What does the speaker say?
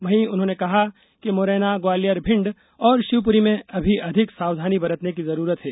वहीं उन्होंने कहा कि मुरैना ग्वालियर भिंड और शिवपुरी में अभी अधिक सावधानी बरतने की जरूरत है